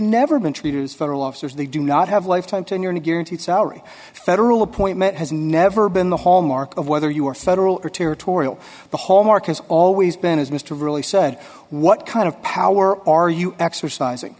never been treated as federal officers they do not have lifetime tenure in a guaranteed salary federal appointment has never been the hallmark of whether you are federal or territorial the hallmark has always been as mr really said what kind of power are you exercising